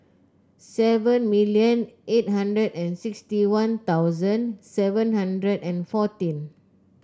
seven million eight hundred and sixty One Thousand seven hundred and fourteen